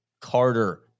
Carter